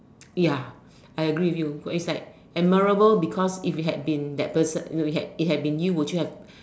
ya I agree with you it's like admirable because if it had been that person if it had had been you would you have